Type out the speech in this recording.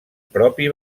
propi